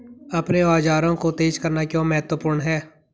अपने औजारों को तेज करना क्यों महत्वपूर्ण है?